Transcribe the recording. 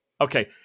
Okay